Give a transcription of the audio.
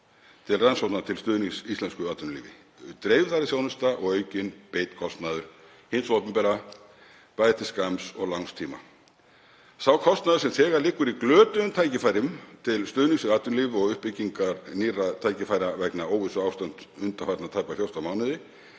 til rannsókna og til stuðnings íslensku atvinnulífi, dreifðari þjónusta og aukinn beinn kostnaður hins opinbera bæði til skamms og langs tíma. Sá kostnaður sem þegar liggur í glötuðum tækifærum til stuðnings við atvinnulíf og uppbyggingar nýrra tækifæra vegna óvissuástands undanfarna tæpa 14 mánuði